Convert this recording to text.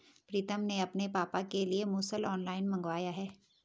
प्रितम ने अपने पापा के लिए मुसल ऑनलाइन मंगवाया है